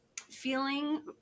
feeling